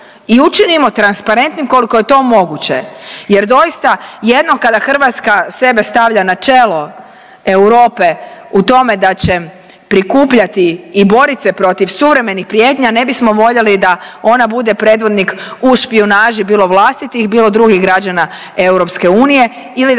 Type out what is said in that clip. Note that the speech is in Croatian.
i učinimo transparentnim koliko je to moguće. Jer, doista, jednom kada Hrvatska sebe stavlja na čelo Europe u tome da će prikupljati i boriti se protiv suvremenih prijetnja, a ne bismo voljeli da ona bude predvodnik u špijunaži, bilo vlastitih, bilo drugih građana EU ili